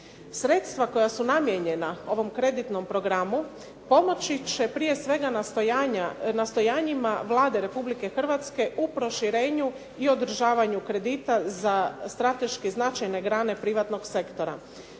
Sredstva koja su namijenjena ovom kreditnom programu pomoći će prije svega nastojanjima Vlade Republike Hrvatske u proširenju i održavanju kredita za strateški značajne grane privatnog sektora.